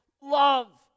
love